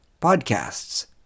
podcasts